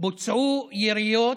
בוצעו יריות